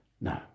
No